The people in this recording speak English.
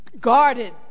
guarded